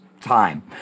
time